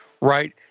right